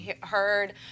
Heard